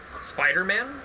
Spider-Man